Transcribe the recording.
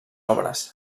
obres